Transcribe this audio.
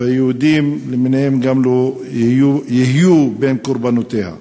וגם יהודים למיניהם יהיו בין קורבנותיה.